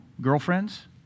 girlfriends